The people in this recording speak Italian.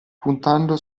puntando